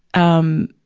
um,